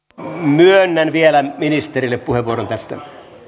myönnän vielä ministerille puheenvuoron tästä